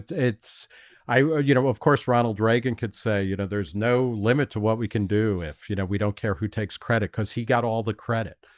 it's i ah you know, of course ronald reagan could say, you know, there's no limit to what we can do if you know we don't care who takes credit because he got all the credit